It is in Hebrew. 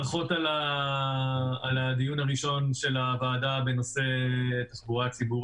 ברכות על הדיון הראשון של הוועדה בנושא התחבורה הציבורית.